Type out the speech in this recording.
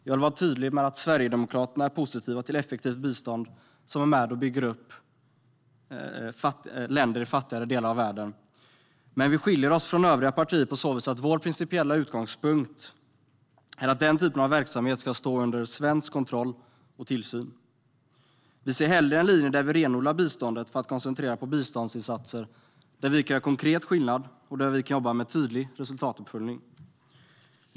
Jag vill vara tydlig med att Sverigedemokraterna är positiva till effektivt bistånd som är med och bygger upp länder i fattigare delar av världen, men vi skiljer oss från övriga partier på så vis att vår principiella utgångspunkt är att den typen av verksamhet ska stå under svensk kontroll och tillsyn. Vi ser hellre en linje där vi renodlar biståndet för att koncentrera det på biståndsinsatser där vi kan göra konkret skillnad och där vi kan jobba med tydlig resultatuppföljning.